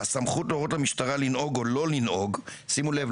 הסמכות להורות למשטרה לנהוג או לא לנהוג" שימו לב,